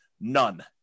None